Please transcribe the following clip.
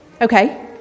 Okay